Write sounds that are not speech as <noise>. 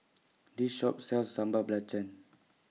<noise> This Shop sells Sambal Belacan